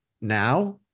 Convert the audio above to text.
now